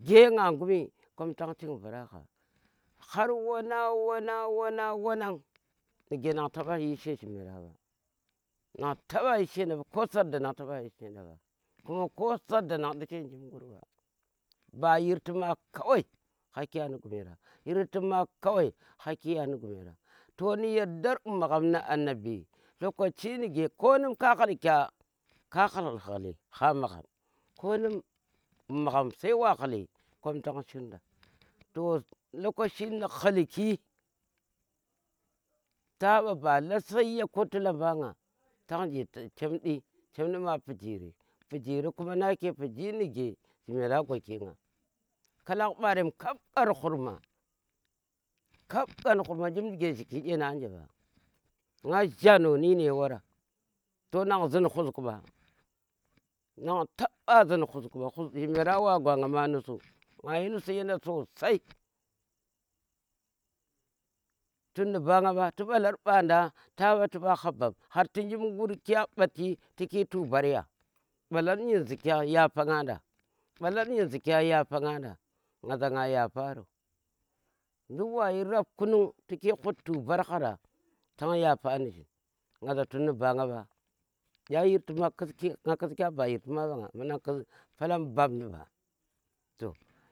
Ge nga ngumi tang ching vara gha, har wana, wana, wana, wana, nige ngan taba yi she jimera nang taba yi she jimera mba kuma surda ngan taɓa yii she nda mba ko surda ngan di she jimgur ba, ba yirti ma kawaii ha ki ya ni guma yirti ma kawai hakiya ni gumera yardar annabi lokashi nike konum ka hulki ya ka hul huli konum maghm sai wa huli kom to shirnda to lokoshi nu hulki ta ɓa ba lasai ya ku ti lamba tang ji chem ɗi ma pijiri, pijiri kuma nake piji nige jimera gwaki nga, kalak ɓarem kap kan khurma kap kan khurma njip nuke a zhiki kyeni anje mba ba nga jhano nune wara to ngan zin husku mba nang taba zin husku mba jimera wa gwanga ma musu nga yi nusu yenda sosai tun ni banag mba tu yi mbalar mbanda ta mba tu ha bam jimgur kya mbaki tu ki tubar ya mbalr yin zikiya yafanganda mbalar nyin ziki ya yafanganda nza nga yafaro nduk wayi rap kunung tiki hut tubar hara tan yafanda nza tun ni banga mba kya yirtima nga kuskya ba yirtima mba nga ngan kus pulam bamdi mba toh.